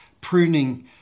pruning